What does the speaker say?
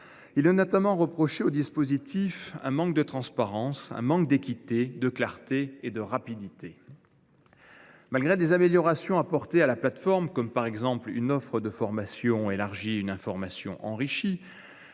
Il est notamment reproché au dispositif un manque de transparence, d’équité, de clarté et de rapidité. Malgré les améliorations apportées à la plateforme, par exemple une offre de formation élargie et une information enrichie,